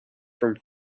from